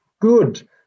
good